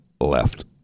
left